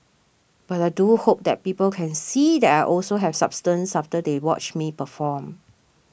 but I do hope that people can see that I also have substance after they watch me perform